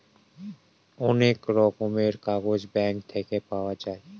অনেক রকমের কাগজ ব্যাঙ্ক থাকে পাই